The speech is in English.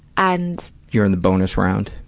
and you're in the bonus round.